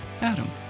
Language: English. adam